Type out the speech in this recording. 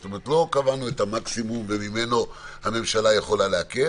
זאת אומרת שלא קבענו את המקסימום וממנו הממשלה יכולה להקל,